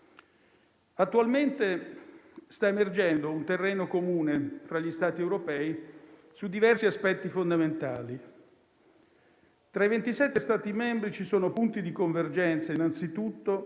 Attualmente sta emergendo un terreno comune fra gli Stati europei su diversi aspetti fondamentali. Tra i 27 Stati membri ci sono punti di convergenza, innanzitutto